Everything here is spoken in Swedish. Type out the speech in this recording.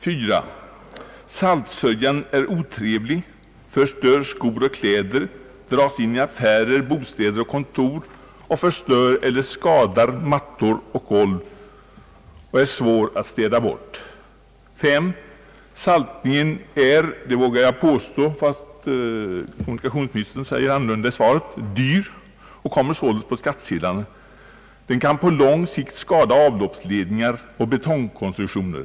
4) Saltsörjan är otrevlig, förstör skor och kläder, dras in i affärer, bostäder och kontor och förstör eller skadar mattor och golv samt är svår att städa bort. 5) Saltningen är dyr, det vågar jag påstå ehuru kommunikationsministern säger annat i svaret. Kostnaden kommer på skattsedlarna. På lång sikt kan saltet skada avloppsledningar och betongkonstruktioner.